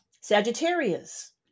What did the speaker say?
Sagittarius